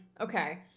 Okay